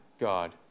God